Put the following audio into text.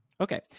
Okay